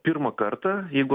pirmą kartą jeigu